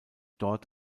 dort